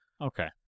Okay